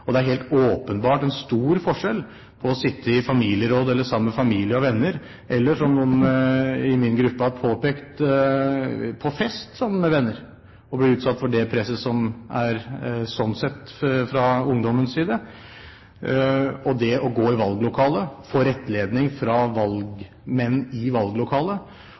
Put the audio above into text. Det er helt åpenbart en stor forskjell på å sitte i familieråd eller sammen med familie og venner, eller, som noen i min gruppe har påpekt, på fest sammen med noen venner og bli utsatt for det presset som er sånn sett fra ungdommens side, og det å gå i valglokalet, få rettledning fra valgmenn i